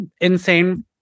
insane